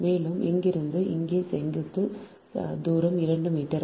மேலும் இங்கிருந்து இங்கே செங்குத்து தூரம் 2 மீட்டர்